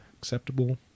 acceptable